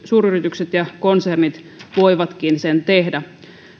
suuryritykset ja konsernit voivatkin sen tehdä